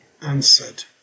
answered